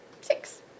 six